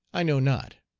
i know not.